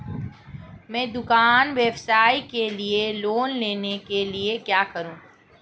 मैं दुकान व्यवसाय के लिए लोंन लेने के लिए क्या करूं?